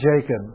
Jacob